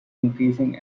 increasing